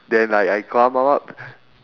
then like I go up lor